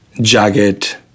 jagged